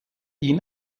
ihn